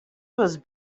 was